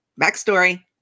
Backstory